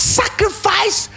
sacrifice